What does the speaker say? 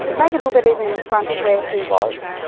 maybe a little bit even in front of where he was,